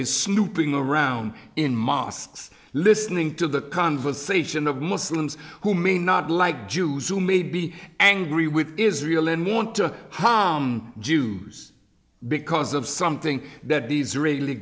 is snooping around in mosques listening to the conversation of muslims who may not like jews who may be angry with israel and want to jews because of something that these re